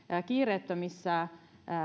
kiireettömissä